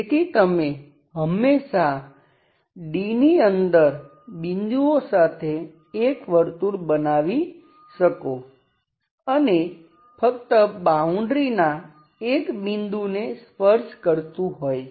તેથી તમે હંમેશા D ની અંદર બિંદુઓ સાથે એક વર્તુળ બનાવી શકો અને ફક્ત બાઉન્ડ્રીના એક બિંદુને સ્પર્શ કરતું હોય